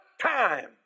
time